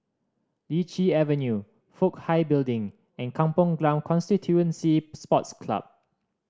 Lichi Avenue Fook Hai Building and Kampong Glam Constituency Sports Club